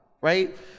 right